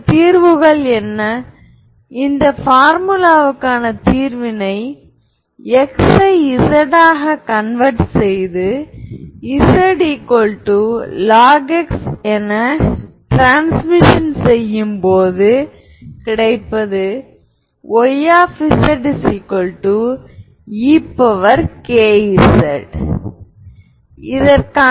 நாம் இந்த வரையறை உடன் ஒரு ஹெர்மிட்டியன் மேட்ரிக்ஸ் அல்லது ஸ்கியூ சிம்மெட்ரிக் மேட்ரிக்ஸ் ப்ரோபேர்ட்டிக்களை நிரூபிக்க முடியும்